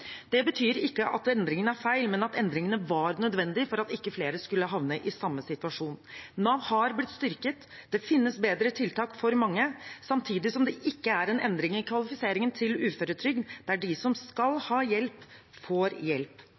Det betyr ikke at endringene er feil, men at endringene var nødvendige for at ikke flere skulle havne i samme situasjon. Nav har blitt styrket. Det finnes bedre tiltak for mange, samtidig som det ikke er en endring i kvalifiseringen til uføretrygd, der de som skal ha hjelp, får hjelp.